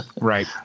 Right